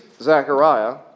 Zechariah